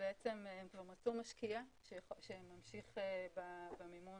בעצם כבר מצאו משקיע שממשיך במימון